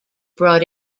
brought